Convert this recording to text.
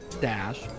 dash